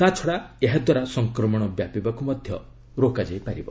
ତା'ଛଡା ଏହାଦ୍ୱାରା ସଂକ୍ରମଣ ବ୍ୟାପିବାକୁ ମଧ୍ୟ ରୋକାଯାଇପାରିବ